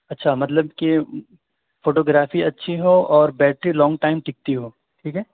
اچھا مطلب کہ فوٹو گرافی اچھی ہو اور بیٹری لانگ ٹائم ٹکتی ہو ٹھیک ہے